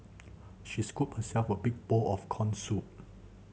she scooped herself a big bowl of corn soup